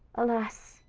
alas!